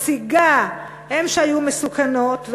והנסיגה הן שהיו מסוכנות.